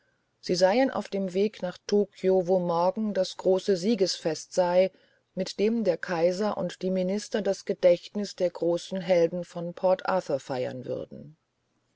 sie seien auf dem weg nach tokio wo übermorgen das große siegesfest sei mit dem der kaiser und die minister das gedächtnis der großen helden von port arthur feiern würden